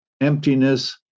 emptiness